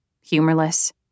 humorless